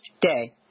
day